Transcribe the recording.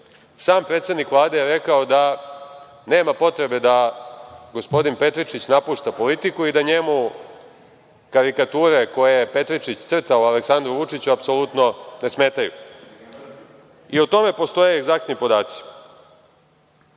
Sam predsednik Vlade je rekao da nema potrebe da gospodin Petričić napušta „Politiku“ i da njemu karikature koje je Petričić crtao o Aleksandru Vučiću apsolutno ne smetaju, i o tome postoje egzaktni